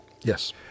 Yes